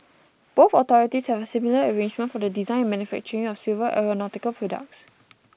both authorities have a similar arrangement for the design and manufacturing of civil aeronautical products